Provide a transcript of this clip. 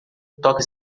toca